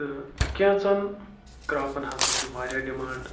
تہٕ کیژَن کِٕرَاپَن ہَسا چھِ واریاہ ڈِمانٛڈ